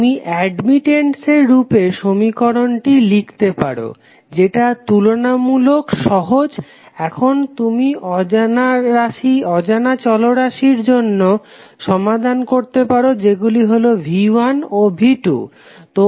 তুমি অ্যাডমিটেন্সের রূপে সমীকরণটি লিখতে পারো যেটা তুলনামুলক সহজ এখন তুমি অজানা চলরাশির জন্য সমাধান করতে পারো যেগুলি হলো V1 ও V2